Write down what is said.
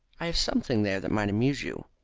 i have something there that might amuse you.